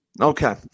Okay